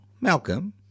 Malcolm